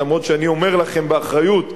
אך אני אומר לכם באחריות,